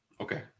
Okay